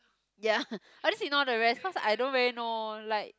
ya I'll just ignore the rest cause I don't really know like